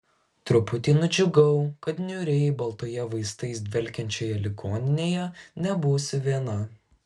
truputį nudžiugau kad niūriai baltoje vaistais dvelkiančioje ligoninėje nebūsiu viena